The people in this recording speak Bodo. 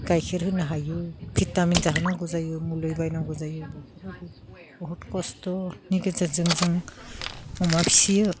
गाइखेर होनो हायो भिटामिन जाहोनांगौ जायो गुन्दै बायनांगौ जायो बेफोरबायदि बहुत कस्त'नि गेजेरजों जों अमा फिसियो